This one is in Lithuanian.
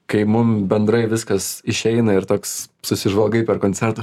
kai mum bendrai viskas išeina ir toks susižvalgai per koncertą